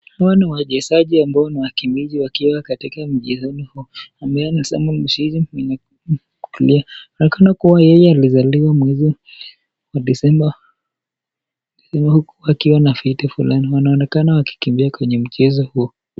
Hawa ni wachezaji ambao niwakimbizi wakiwa katika machezo ....kulia anaonekana yeye alizaliwa mwezi wa desemba ili kupatiana vitu fulani, wanaonekana wakikimbia kwenye mchezo huo